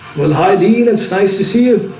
well, hi dean and so nice to see you